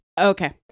Okay